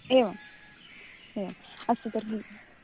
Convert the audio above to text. एवम् एवम् अस्तु तर्हि